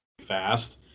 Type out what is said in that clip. fast